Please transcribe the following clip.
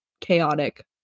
chaotic